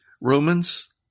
Romans